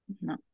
No